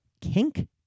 Kink